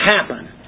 happen